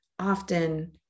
Often